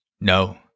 No